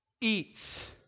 eats